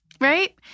Right